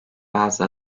bazı